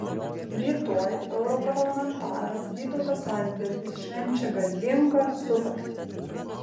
rytoj europarlamentaras vytautas landsbergis švenčia garbingą sukaktį